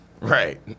Right